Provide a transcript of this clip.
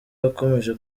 yakomeje